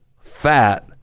fat